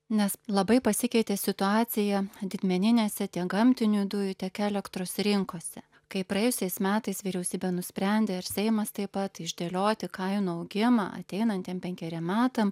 nes labai pasikeitė situacija didmeninėse tiek gamtinių dujų tiek elektros rinkose kai praėjusiais metais vyriausybė nusprendė ir seimas taip pat išdėlioti kainų augimą ateinantiem penkeriem metam